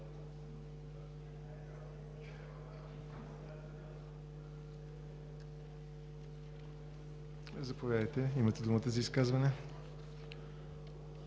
заповядайте – имате думата за изказване.